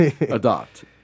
Adopt